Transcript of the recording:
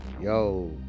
yo